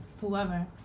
whoever